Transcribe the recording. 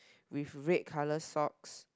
with red colour socks